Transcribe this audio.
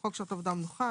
"חוק שעות עבודה ומנוחה"